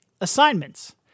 assignments